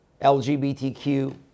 LGBTQ